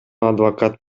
адвокат